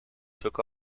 took